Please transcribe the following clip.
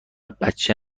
بچه